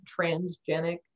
transgenic